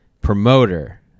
promoter